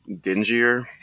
dingier